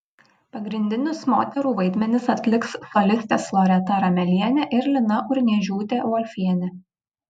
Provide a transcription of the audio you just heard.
pagrindinius moterų vaidmenis atliks solistės loreta ramelienė ir lina urniežiūtė volfienė